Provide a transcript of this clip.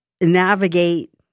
navigate